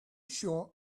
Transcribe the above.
sure